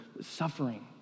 suffering